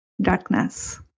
darkness